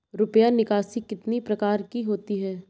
रुपया निकासी कितनी प्रकार की होती है?